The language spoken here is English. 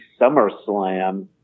SummerSlam